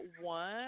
one